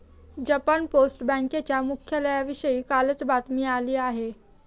Japan post बँकेच्या मुख्यालयाविषयी कालच बातमी आली आहे